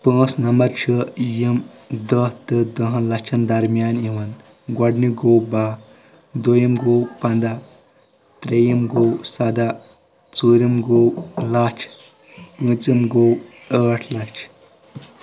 پانژھ نمبر چھِ یِم دہ تہٕ دہن لچھن درمیان یِوان گۄڈنیُک گوٚو باہہ دوٚیِم گوٚو پندہ ترٛییم گوٚو سدہ ژورِم گوٚو لچھ پوٗنٛژم گوٚو ٲٹھ لچھ